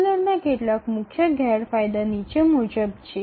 শিডিয়ুলারের কিছু প্রধান অসুবিধা নিম্নরূপ